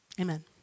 Amen